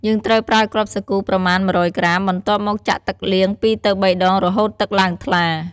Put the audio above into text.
យើងត្រូវប្រើគ្រាប់សាគូប្រមាណ ១០០ក្រាម បន្ទាប់មកចាក់ទឹកលាង ២ទៅ៣ដង រហូតទឹកឡើងថ្លា។